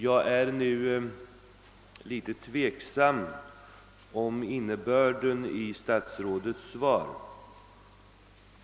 Jag är något tveksam om innebörden av statsrådets svar på den punkten.